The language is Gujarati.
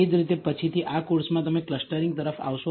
એ જ રીતે પછીથી આ કોર્સમાં તમે ક્લસ્ટરીંગ તરફ આવશો